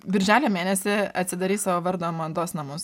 birželio mėnesį atsidarei savo vardo mados namus